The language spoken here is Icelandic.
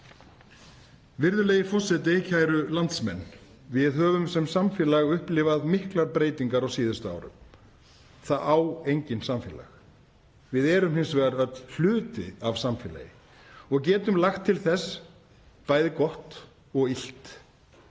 Virðulegi forseti. Kæru landsmenn. Við höfum sem samfélag upplifað miklar breytingar á síðustu árum. Það á enginn samfélag. Við erum hins vegar öll hluti af samfélagi og getum lagt til þess bæði gott og illt.